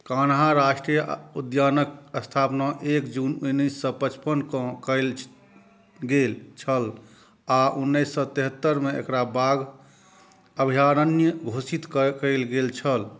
कान्हा राष्ट्रीय उद्यानक स्थापना एक जून उन्नैस सए पचपन कऽ कयल गेल छल आ उन्नैस सए तेहत्तरि मे एकरा बाघ अभयारण्य घोषित कयल गेल छल